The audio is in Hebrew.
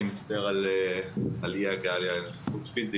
אני מצטער על אי-ההגעה הפיזית.